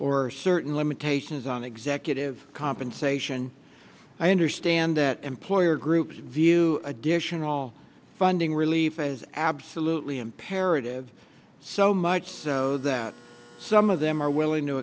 or certain limitations on executive compensation i understand that employer groups view additional funding relief as absolutely imperative so much so that some of them are willing to